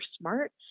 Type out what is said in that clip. smart